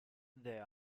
there